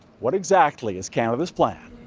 what exactly is canada's plan?